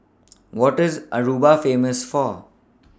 What IS Aruba Famous For